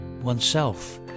oneself